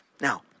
Now